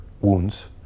wounds